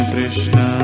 Krishna